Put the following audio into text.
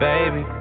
Baby